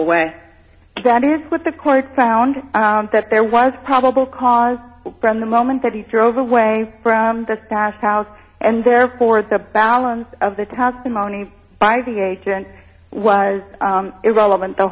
away that is what the court found that there was probable cause from the moment that he drove away from the stash house and therefore the balance of the testimony by the agent was irrelevant the